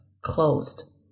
closed